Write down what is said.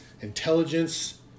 intelligence